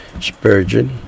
Spurgeon